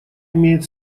имеет